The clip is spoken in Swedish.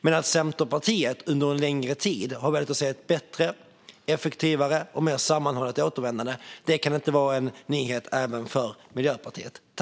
Men att Centerpartiet under en längre tid har velat se ett bättre, effektivare och mer sammanhållet återvändande kan inte vara en nyhet för Miljöpartiet.